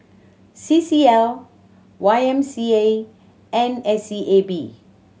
C C L Y M C A and S E A B